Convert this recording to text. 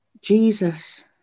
Jesus